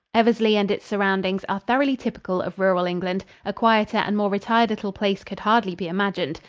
eversley and its surroundings are thoroughly typical of rural england. a quieter and more retired little place could hardly be imagined.